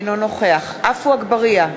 אינו נוכח עפו אגבאריה,